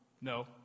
No